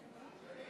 אני מבקש, בבקשה.